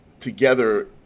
together